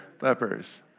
lepers